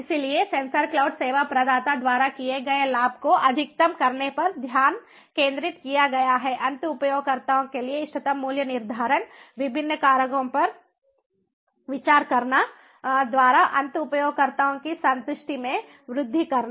इसलिए sensor cloud सेवा प्रदाता द्वारा किए गए लाभ को अधिकतम करने पर ध्यान केंद्रित किया गया है अंत उपयोगकर्ताओं के लिए इष्टतम मूल्य निर्धारण विभिन्न कारकों पर विचार करना द्वारा अंत उपयोगकर्ताओं की संतुष्टि में वृद्धि करना